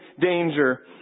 danger